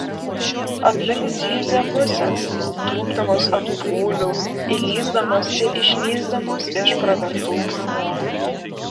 aplink zyzė musės tūpdamos ant pūlių įlįsdamos ir išlįsdamos iš pravertų burnų